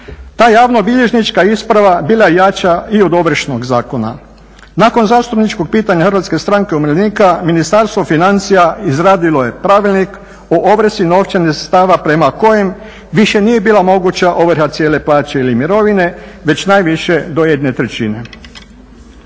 Ta javnobilježnička isprava bila je jača i od Ovršnog zakona. Nakon zastupničkog pitanja HSU-a Ministarstvo financija izradilo je Pravilnik o ovrsi novčanih sredstava prema kojim više nije bila moguća ovrha cijele plaće ili mirovine već najviše do jedne trećine.